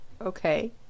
Okay